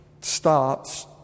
stops